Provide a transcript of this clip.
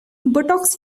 botox